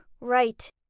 right